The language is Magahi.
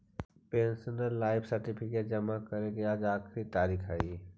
पेंशनर लाइफ सर्टिफिकेट जमा करे के आज आखिरी तारीख हइ